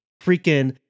freaking